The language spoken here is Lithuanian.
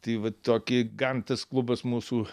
tai va tokį gan tas klubas mūsų